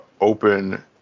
open